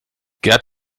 gerd